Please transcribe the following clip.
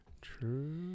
True